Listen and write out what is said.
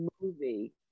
movie